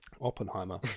oppenheimer